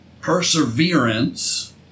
perseverance